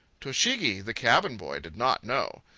tochigi, the cabin-boy, did not know.